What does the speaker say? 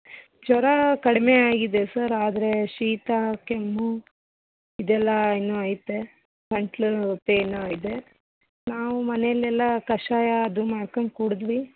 ಜ್ವರ ಕಡಿಮೆ ಆಗಿದೆ ಸರ್ ಆದರೆ ಶೀತ ಕೆಮ್ಮು ಇದೆಲ್ಲ ಇನ್ನು ಐತೆ ಗಂಟ್ಲು ನೋವು ಪೈನ್ ಇದೆ ನಾವು ಮನೇಲೆಲ್ಲ ಕಷಾಯ ಅದು ಮಾಡ್ಕಂಡು ಕುಡ್ದ್ವಿ